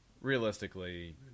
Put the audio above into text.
realistically